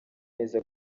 neza